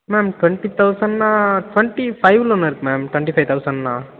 ma'am twenty தௌசண்ட்னா twenty ஃபைவ்வில் ஒன்று இருக்கு மேம் டுவெண்ட்டி ஃபைவ் தௌசண்ட்னா